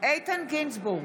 איתן גינזבורג,